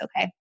okay